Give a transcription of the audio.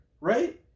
right